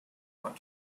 want